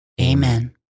Amen